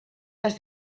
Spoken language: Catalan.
dels